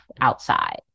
outside